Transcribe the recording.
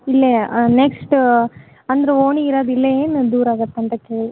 ಇಲ್ಲೇ ನೆಕ್ಸ್ಟ್ ಅಂದ್ರ ಓಣಿ ಇರದು ಇಲ್ಲೇ ಏನು ಇಲ್ಲ ದೂರ ಆಗತ್ತಾ ಅಂತ ಕೇಳಿ